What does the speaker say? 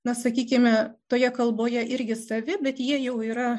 na sakykime toje kalboje irgi savi bet jie jau yra